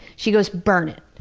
she goes, burn it.